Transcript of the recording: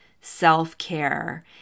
self-care